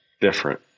different